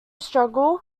struggle